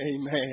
Amen